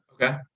Okay